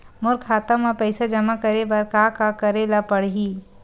मोर खाता म पईसा जमा करे बर का का करे ल पड़हि?